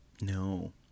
No